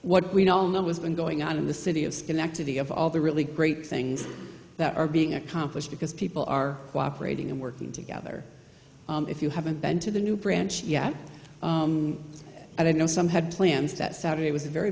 what we all know has been going on in the city of schenectady of all the really great things that are being accomplished because people are cooperating and working together if you haven't been to the new branch yet and i know some had plans that saturday was a very